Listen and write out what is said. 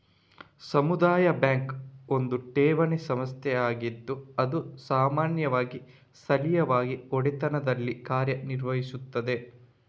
ಸಮುದಾಯ ಬ್ಯಾಂಕ್ ಒಂದು ಠೇವಣಿ ಸಂಸ್ಥೆಯಾಗಿದ್ದು ಅದು ಸಾಮಾನ್ಯವಾಗಿ ಸ್ಥಳೀಯವಾಗಿ ಒಡೆತನದಲ್ಲಿ ಕಾರ್ಯ ನಿರ್ವಹಿಸುತ್ತದೆ